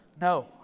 No